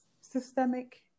systemic